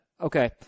Okay